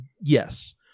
Yes